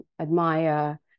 admire